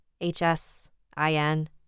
H-S-I-N